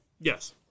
Yes